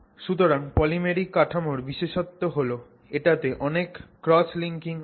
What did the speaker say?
সুতরাং পলিমেরিক কাঠামোর বিশেষত্ব হল যে এটাতে অনেক ক্রস লিঙ্কিং আছে